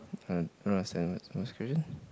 err don't understand what's what's the question